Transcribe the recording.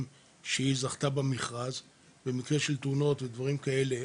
שהיא זכתה במכרז ובמקרה של תאונות ודברים כאלה,